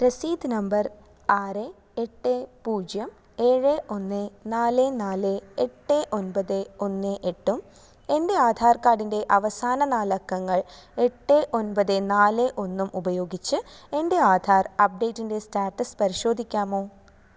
രസീത് നമ്പർ ആറ് എട്ട് പൂജ്യം ഏഴ് ഒന്ന് നാല് നാല് എട്ട് ഒമ്പത് ഒന്ന് എട്ടും എൻ്റെ ആധാർ കാർഡിൻ്റെ അവസാന നാലക്കങ്ങൾ എട്ട് ഒൻപത് നാല് ഒന്നും ഉപയോഗിച്ച് എൻ്റെ ആധാർ അപ്ഡേറ്റിൻ്റെ സ്റ്റാറ്റസ് പരിശോധിക്കാമോ